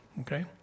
Okay